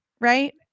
right